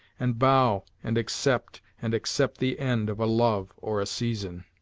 and bow and accept and accept the end of a love or a season?